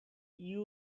you